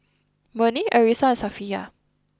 Murni Arissa and Safiya